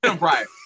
Right